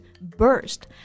Burst